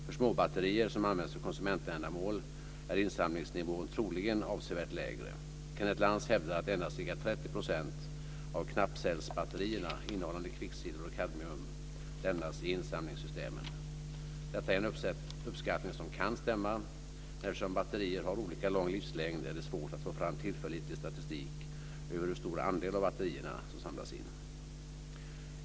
För småbatterier som används för konsumentändamål är insamlingsnivån troligen avsevärt lägre. Kenneth Lantz hävdar att endast ca 30 % av knappcellsbatterierna innehållande kvicksilver och kadmium lämnas i insamlingssystemen. Detta är en uppskattning som kan stämma, men eftersom batterier har olika lång livslängd är det svårt att få fram tillförlitlig statistik över hur stor andel av batterierna som samlas in.